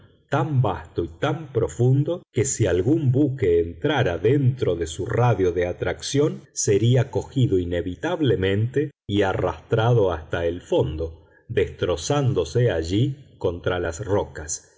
tan vasto y tan profundo que si algún buque entrara dentro de su radio de atracción sería cogido inevitablemente y arrastrado hasta el fondo destrozándose allí contra las rocas